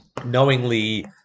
knowingly